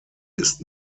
ist